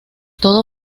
todo